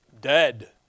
Dead